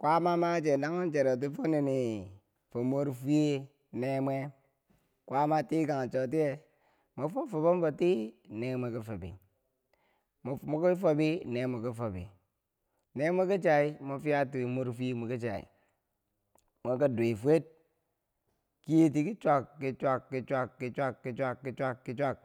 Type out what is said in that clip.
kwaama macheu nanghen cheroti foh ni ni fo morfwiyer neemwe kwaama tikang chotiye mwefob fobom boti nee mweki fobi mweki fobi neemweki fobi neemweki chai mwe fiyati fo murfwiye mweki chai, mwekidowi fwet kiyeti kichwyak kichwyak kichwyak kichwyak kichwyak kichwyak kichwyak.